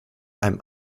einem